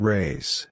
Race